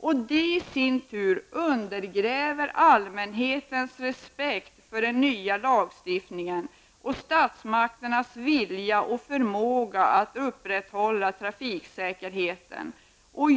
Detta i sin tur undergräver allmänhetens respekt för den nya lagstiftningen och för statsmakternas vilja och förmåga att upprätthålla trafiksäkerheten.